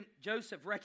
Joseph